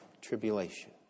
tribulation